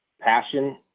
passion